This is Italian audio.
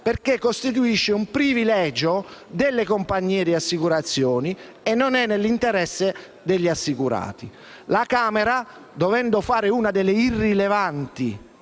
perché costituisce un privilegio delle compagnie di assicurazioni e non è nell'interesse degli assicurati. La Camera, dovendo fare una della "irrilevanti